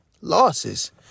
losses